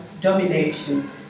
domination